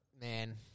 man